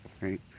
Right